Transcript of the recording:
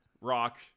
Rock